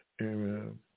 Amen